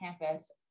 campus